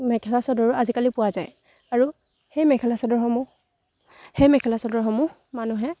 মেখেলা চাদৰো আজিকালি পোৱা যায় আৰু সেই মেখেলা চাদৰসমূহ সেই মেখেলা চাদৰসমূহ মানুহে